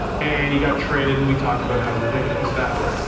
and he got traded, and we talked about how ridiculous that was.